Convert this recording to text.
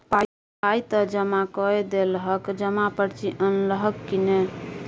पाय त जमा कए देलहक जमा पर्ची अनलहक की नै